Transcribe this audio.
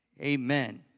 Amen